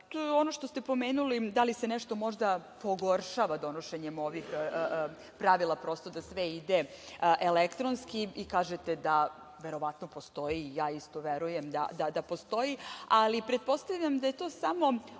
ono što ste pomenuli, da li se možda nešto pogoršava donošenjem ovih pravila, prosto da sve ide elektronski i kažete da verovatno postoji, a ja isto verujem da postoji, ali pretpostavljam da je to samo